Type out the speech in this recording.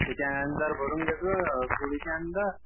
त्याच्यानंतर भरून घे पोळीच्या अंदर